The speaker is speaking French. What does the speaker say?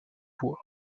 voix